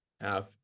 half